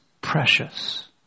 precious